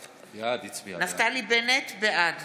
בנט, בעד